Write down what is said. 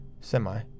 semi